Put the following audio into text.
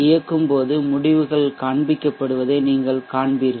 இயக்கும் போது முடிவுகள் காண்பிக்கப்படுவதை நீங்கள் காண்பீர்கள்